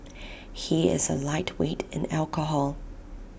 he is A lightweight in alcohol